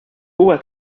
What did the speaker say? huwa